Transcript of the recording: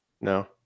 No